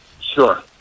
sure